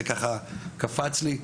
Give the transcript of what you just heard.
זה קפץ לי.